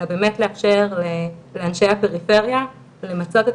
אלא באמת לאפשר לאנשי הפריפריה למצות את